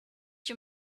you